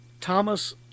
Thomas